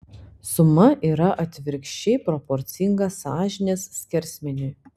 suma yra atvirkščiai proporcinga sąžinės skersmeniui